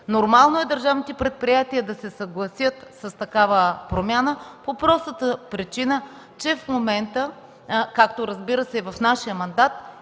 Нормално е държавните предприятия да се съгласят с такава промяна по простата причина, че в момента, както, разбира се, и в нашия мандат,